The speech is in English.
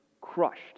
crushed